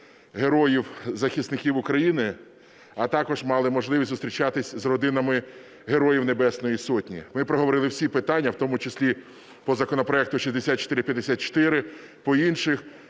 героїв - захисників України, а також мали можливість зустрічатися з родинами Героїв Небесної Сотні. Ми проговорили всі питання, в тому числі по законопроекту 6454, по інших.